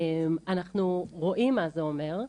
אנחנו רואים מה זה אומר,